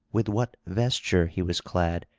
with what vesture he was clad,